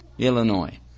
Illinois